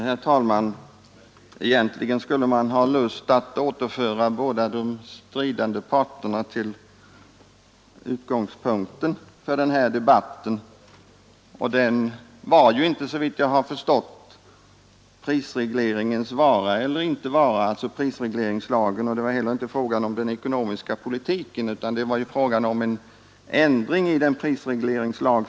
Herr talman! Egentligen skulle jag ha lust att återföra båda de stridande parterna till utgångspunkten för denna debatt. Utgångspunkten var såvitt jag förstått inte prisregleringslagens vara eller icke vara och inte heller den ekonomiska politiken utan en ändring i gällande prisregleringslag.